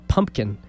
Pumpkin